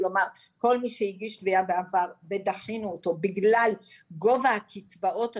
כלומר כל מי שהגיש תביעה בעבר ודחינו אותו בגלל גובהה הקצבאות השונות,